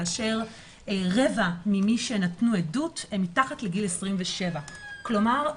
כאשר רבע ממי שנתנו עדות הם מתחת לגיל 27. כלומר,